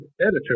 editor